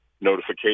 notification